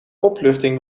opluchting